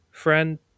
friend